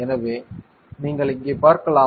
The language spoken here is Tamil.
எனவே நீங்கள் இங்கே பார்க்கலாம்